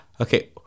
Okay